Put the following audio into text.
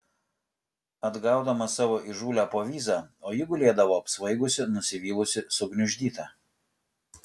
atgaudamas savo įžūlią povyzą o ji gulėdavo apsvaigusi nusivylusi sugniuždyta